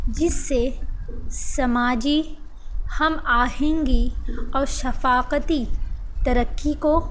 جس سے سماجی ہم آہنگی اور شفاقتی ترقی کو